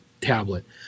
tablet